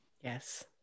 Yes